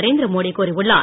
நரேந்திர மோடி கூறியுள்ளார்